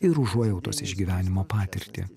ir užuojautos išgyvenimo patirtį